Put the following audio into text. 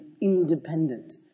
independent